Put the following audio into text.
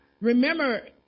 remember